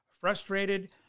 frustrated